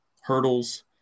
hurdles